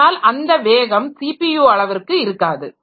ஆனால் அந்த வேகம் சிபியு அளவிற்கு இருக்காது